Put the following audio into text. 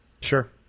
Sure